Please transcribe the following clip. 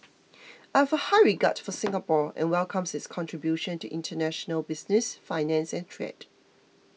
I have a high regard for Singapore and welcome its contribution to international business finance and trade